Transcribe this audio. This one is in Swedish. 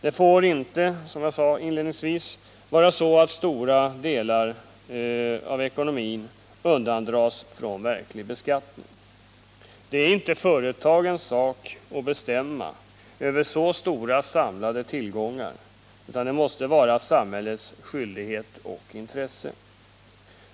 Det får inte, som jag sade inledningsvis, vara så att stora delar av ekonomin undandras verklig beskattning. Det är inte företagens sak att bestämma över så stora samlade tillgångar, utan det måste vara samhällets skyldighet och intresse.